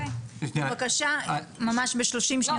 בבקשה, ממש ב-30 שניות